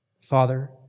Father